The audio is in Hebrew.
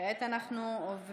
אם כן, כעת אנחנו עוברים